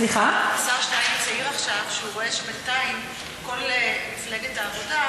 השר שטייניץ העיר עכשיו שהוא רואה שבינתיים כל מפלגת העבודה,